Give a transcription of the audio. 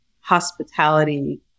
hospitality